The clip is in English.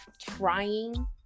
trying